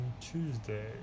Tuesday